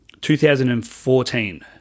2014